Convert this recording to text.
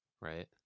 Right